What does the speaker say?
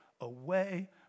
away